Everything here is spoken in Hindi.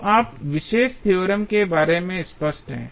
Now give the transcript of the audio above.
तो आप विशेष थ्योरम के बारे में स्पष्ट हैं